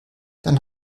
dann